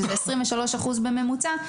שזה 23% בממוצע,